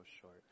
short